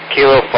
Kilo